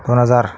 दोन हजार